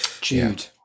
Jude